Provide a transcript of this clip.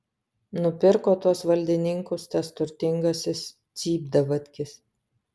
nupirko tuos valdininkus tas turtingasis cypdavatkis